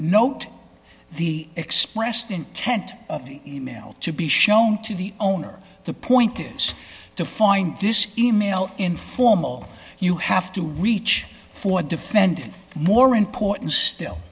note the expressed intent of the e mail to be shown to the owner the point is to find this e mail inform all you have to reach for defendant more important still